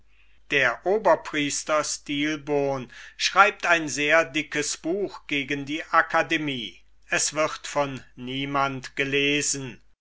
der oberpriester stilbon schreibt ein sehr dickes buch gegen die akademie es wird von niemand gelesen